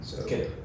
Okay